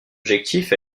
effectif